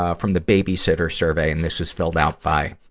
ah from the babysitter's survey, and this is filled out by,